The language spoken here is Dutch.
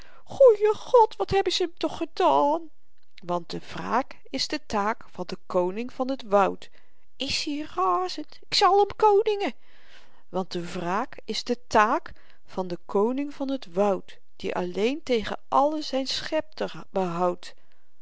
goeie god wat hebben ze m toch gedaan want de wraak is de taak van den koning van t woud is-i razend k zal m koningen want de wraak is de taak van den koning van t woud die alleen tegen allen zyn schepter behoudt